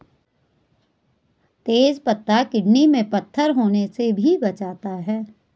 तेज पत्ता किडनी में पत्थर होने से भी बचाता है